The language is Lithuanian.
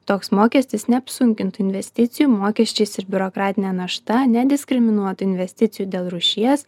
toks mokestis neapsunkintų investicijų mokesčiais ir biurokratinė našta nediskriminuotų investicijų dėl rūšies